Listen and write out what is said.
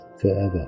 forever